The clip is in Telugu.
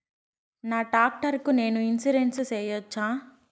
నా టాక్టర్ కు నేను ఇన్సూరెన్సు సేయొచ్చా?